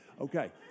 Okay